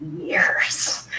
years